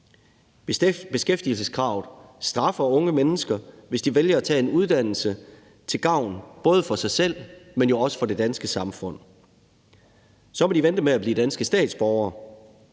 Beskæftigelseskravet straffer unge mennesker, hvis de vælger at tage en uddannelse til gavn både for sig selv, men jo også for det danske samfund. Så må de vente med at blive dansk statsborgere.